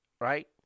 Right